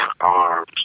arms